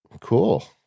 Cool